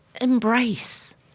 embrace